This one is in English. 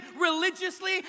religiously